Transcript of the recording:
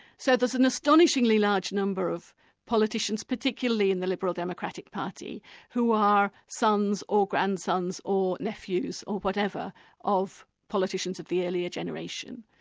so there's an astonishingly large number of politicians, particularly in the liberal democratic party who are sons or grandsons or nephews, or whatever of politicians of the earlier generation.